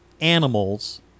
animals